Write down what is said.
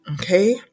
okay